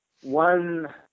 one